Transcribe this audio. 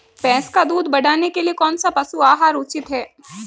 भैंस का दूध बढ़ाने के लिए कौनसा पशु आहार उचित है?